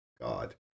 God